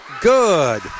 good